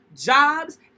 jobs